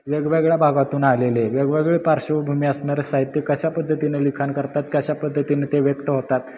वेगवेगळ्या भागातून आलेले वेगवेगळे पार्श्वभूमी असणारं साहित्य कशा पद्धतीने लिखाण करतात कशा पद्धतीने ते व्यक्त होतात